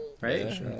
Right